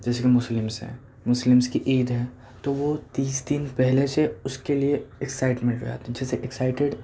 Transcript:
جیسے کہ مسلم ہیں مسلم کی عید ہے تو وہ تیس دن پہلے سے اس کے لئے ایکسائٹمنٹ ہو جاتے ہیں جیسے ایکسائٹیڈ